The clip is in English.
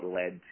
led